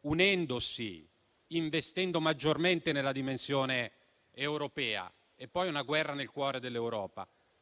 unendosi e investendo maggiormente nella dimensione europea; poi, una guerra nel cuore dell'Europa: